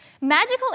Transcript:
Magical